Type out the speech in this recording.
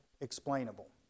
explainable